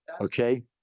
Okay